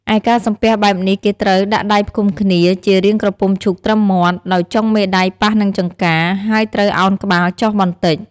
ឯការសំពះបែបនេះគេត្រូវ ដាក់ដៃផ្គុំគ្នាជារាងក្រពុំឈូកត្រឹមមាត់ ដោយចុងមេដៃប៉ះនឹងចង្កា ហើយត្រូវឱនក្បាលចុះបន្តិច។